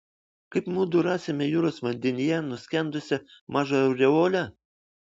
kaip mudu rasime jūros vandenyje nuskendusią mažą aureolę